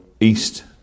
east